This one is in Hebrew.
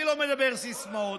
אני לא מדבר סיסמאות.